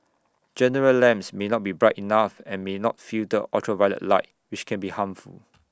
general lamps may not be bright enough and may not filter ultraviolet light which can be harmful